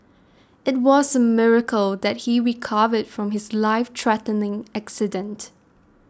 it was a miracle that he recovered from his life threatening accident